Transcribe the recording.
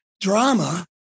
drama